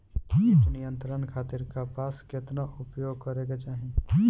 कीट नियंत्रण खातिर कपास केतना उपयोग करे के चाहीं?